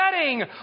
setting